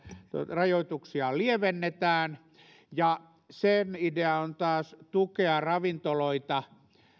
rajoituksia lievennetään sen idea taas on tukea ravintoloita